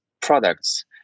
products